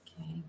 Okay